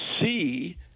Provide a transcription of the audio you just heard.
see